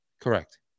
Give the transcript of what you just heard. Correct